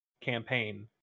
campaign